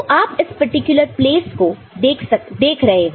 तो आप इस पर्टिकुलर प्लेस को देख रहे हो